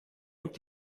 und